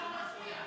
יריב?